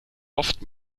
oft